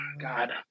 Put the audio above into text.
God